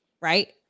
right